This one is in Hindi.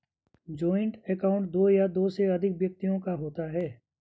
जॉइंट अकाउंट दो या दो से अधिक व्यक्तियों का होता है